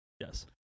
yes